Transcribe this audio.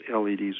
LEDs